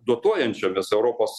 dotuojančiomis europos